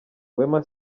wema